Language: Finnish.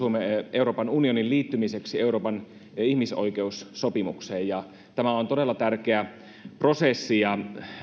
euroopan unionin liittymiseksi euroopan ihmisoikeussopimukseen tämä on todella tärkeä prosessi ja